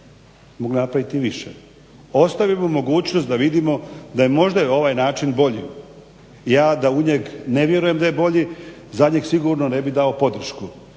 mogli napraviti i više. Ostavimo mogućnost da vidimo da je možda i ovaj način bolji. Ja da u njeg ne vjerujem da je bolji za njeg sigurno ne bih dao podršku.